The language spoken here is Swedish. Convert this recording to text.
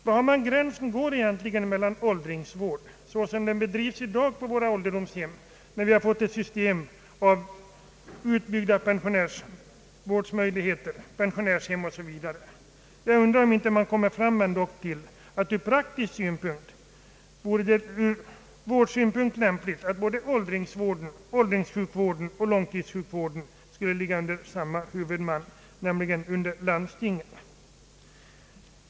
Var går gränsen, så som åldringsvården bedrivs i dag vid våra ålderdomshem, när man har ett system med pensionärshem o. s, v.? Jag undrar om det ändå inte ur vårdsynpunkt vore lämpligt att både åldringssjukvården och långtidssjukvården låg under samma huvudman, nämligen landstinget.